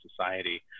society